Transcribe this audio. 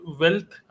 wealth